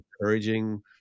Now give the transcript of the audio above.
encouraging